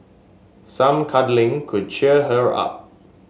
some cuddling could cheer her up